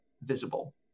visible